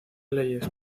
leyes